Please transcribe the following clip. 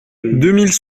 mille